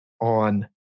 on